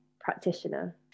practitioner